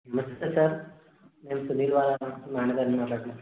నమస్తే సార్ నేను సుధీర్ వాళ్ళ మేనేజర్ని మాట్లాడుతున్నాను